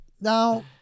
Now